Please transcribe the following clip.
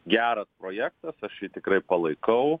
geras projektas aš jį tikrai palaikau